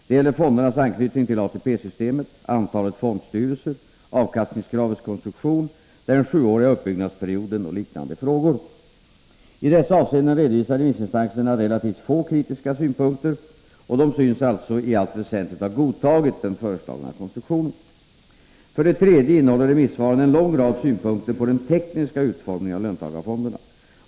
Det gäller fondernas anknytning till ATP-systemet, antalet fondstyrelser, avkastningskravets konstruktion, den sjuåriga uppbyggnadsperioden och liknande frågor. I dessa avseenden redovisar remissinstanserna relativt få kritiska synpunkter, och de synes alltså i allt väsentligt ha godtagit den föreslagna konstruktionen. För det tredje innehåller remissvaren en lång rad synpunkter på den tekniska utformningen av löntagarfonderna.